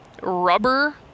rubber